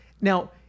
now